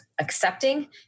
accepting